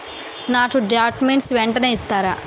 నా డాక్యుమెంట్స్ వెంటనే ఇస్తారా?